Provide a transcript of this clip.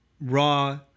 raw